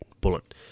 Bullet